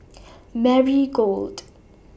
Marigold